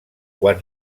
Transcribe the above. quan